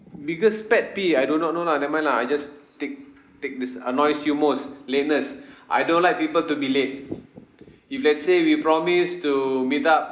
biggest pet peeve I do not know lah never mind lah I just take take this annoys you most lateness I don't like people to be late if let's say we promised to meet up